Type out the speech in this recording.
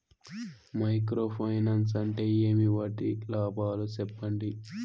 Micro finance అంటే ఏమి? వాటి లాభాలు సెప్పండి?